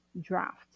draft